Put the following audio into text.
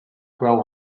grow